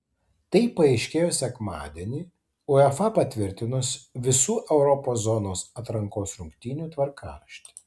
tai paaiškėjo sekmadienį uefa patvirtinus visų europos zonos atrankos rungtynių tvarkaraštį